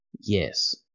Yes